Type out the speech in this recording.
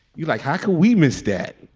you like how can we miss that?